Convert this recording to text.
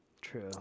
true